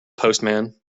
postman